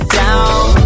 down